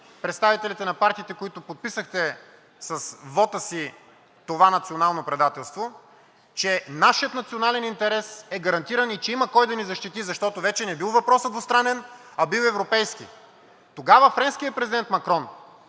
представителите на партиите, които подписахте с вота си това национално предателство, че нашият национален интерес е гарантиран и че има кой да ни защити, защото вече не бил въпросът двустранен, а бил европейски. Тогава френският президент Макрон